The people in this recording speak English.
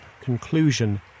conclusion